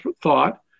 thought